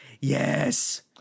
Yes